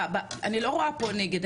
אני לא רואה פה נגד,